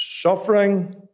Suffering